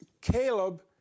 Caleb